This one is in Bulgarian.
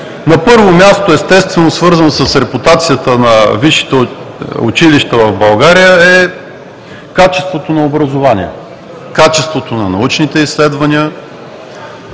На първо място, естествено, свързани с репутацията на висшите училища в България, са качеството на образованието; качеството на научните изследвания;